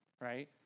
right